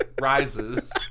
rises